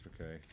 okay